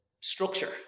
structure